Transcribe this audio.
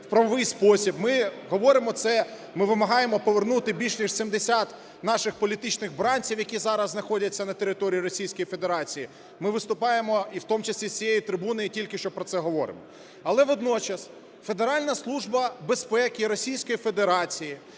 в правовий спосіб. Ми говоримо це. Ми вимагаємо повернути більш ніж 70 наших політичних бранців, які зараз знаходяться на території Російської Федерації, ми виступаємо, і в тому числі, з цієї трибуни і тільки що про це говоримо. Але водночас Федеральна служба безпеки Російської Федерації